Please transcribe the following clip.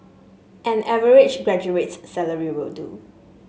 an average graduate's salary will do